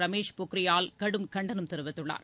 ரமேஷ் பொக்ரியால் கடும் கண்டனம் தெரிவித்துள்ளார்